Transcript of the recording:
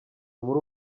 muri